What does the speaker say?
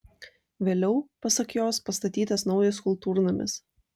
vėliau pasak jos pastatytas naujas kultūrnamis